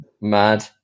mad